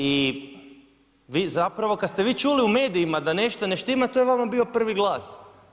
I vi zapravo kad ste vi čuli u medijima da nešto ne štima, to je vama bio prvi glas.